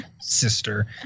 sister